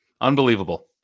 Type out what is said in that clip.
Unbelievable